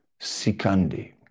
Sikandi